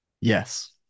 yes